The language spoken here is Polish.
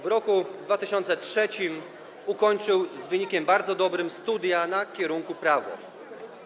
W roku 2003 ukończył z wynikiem bardzo dobrym studia na kierunku prawo.